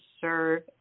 serve